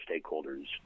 stakeholders